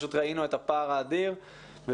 פשוט ראינו את הפער האדיר וביקשנו